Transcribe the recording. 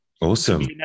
Awesome